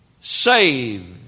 saved